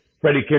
Freddie